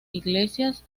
iglesias